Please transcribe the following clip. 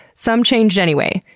some changed anyway.